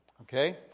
Okay